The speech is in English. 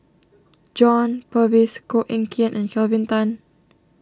John Purvis Koh Eng Kian and Kelvin Tan